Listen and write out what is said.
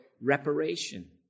reparation